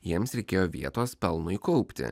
jiems reikėjo vietos pelnui kaupti